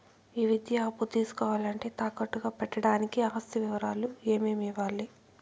ఈ విద్యా అప్పు తీసుకోవాలంటే తాకట్టు గా పెట్టడానికి ఆస్తి వివరాలు ఏమేమి ఇవ్వాలి?